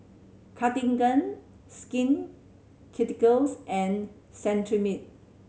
Cartigain Skin Ceuticals and Cetrimide